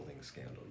scandal